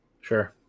Sure